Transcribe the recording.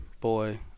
Boy